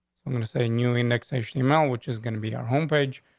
i'm gonna say new indexation amount, which is gonna be our home page.